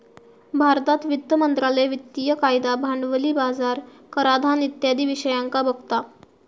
भारतात वित्त मंत्रालय वित्तिय कायदा, भांडवली बाजार, कराधान इत्यादी विषयांका बघता